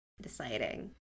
deciding